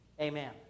Amen